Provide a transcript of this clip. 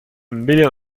million